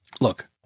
Look